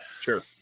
Sure